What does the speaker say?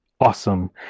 awesome